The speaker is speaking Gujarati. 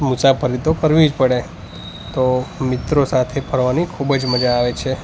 મુસાફરી તો કરવી જ પડે તો મિત્રો સાથે ફરવાની ખૂબ જ મજા આવે છે